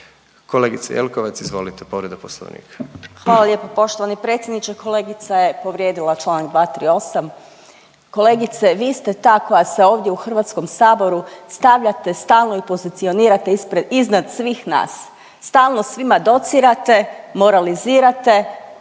Kolegice Jelkovac izvolite povreda poslovnika. **Jelkovac, Marija (HDZ)** Hvala lijepo poštovani predsjedniče. Kolegica je povrijedila čl. 238., kolegice vi ste ta koja se ovdje u HS-u stavljate stalno i pozicionirate iznad svih nas, stalno svima docirate, moralizirate,